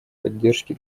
поддержке